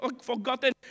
forgotten